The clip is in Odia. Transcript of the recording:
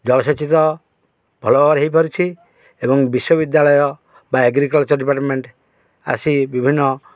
ଜଳସେଚିତ ଭଲ ହେଇପାରୁଛି ଏବଂ ବିଶ୍ୱବିଦ୍ୟାଳୟ ବା ଏଗ୍ରିକଲଚର ଡିପାର୍ଟମେଣ୍ଟ ଆସି ବିଭିନ୍ନ